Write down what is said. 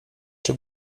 czy